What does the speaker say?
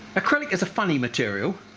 acrylic is a funny material,